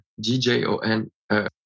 G-J-O-N